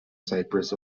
cypress